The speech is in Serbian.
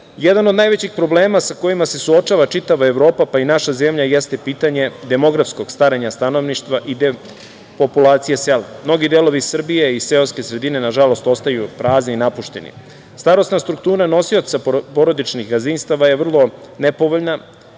od najvećih problema sa kojima se suočava čitava Evropa, pa i naša zemlja jeste pitanje demografskog stanovništva i depopulacija sela. Mnogi delovi Srbije i seoske sredine nažalost ostaju prazni i napušteni. Starosna struktura nosioca porodičnih gadzinstava je vrlo nepovoljna.